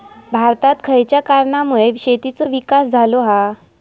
भारतात खयच्या कारणांमुळे शेतीचो विकास झालो हा?